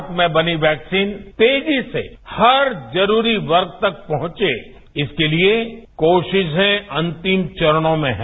भारत में बनी वैक्सीन तेजी से हर जरूरी वर्ग तक पहुंचे इसके लिए कोशिशें अंतिम चरणों में हैं